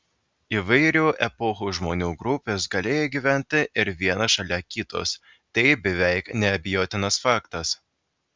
įvairių epochų žmonių grupės galėjo gyventi ir viena šalia kitos tai beveik neabejotinas faktas